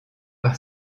par